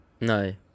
No